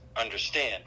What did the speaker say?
understand